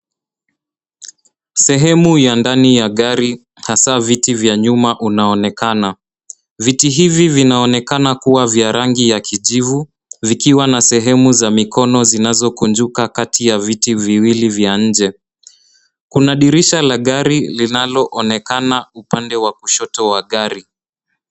Sehemu ya ndani ya gari hasa viti vya nyuma unaonekana. Viti hivi vinaonekana kuwa vya rangi ya kijivu vikiwa na sehemu za mikono zinazo kinjukuka kati ya viti viwili vya nje kuna dirisha la gari linaloonekana upande wa kushoto wa gari.